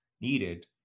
needed